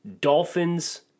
Dolphins